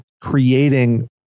creating